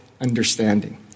Understanding